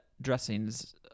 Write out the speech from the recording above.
dressings